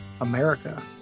America